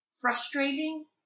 frustrating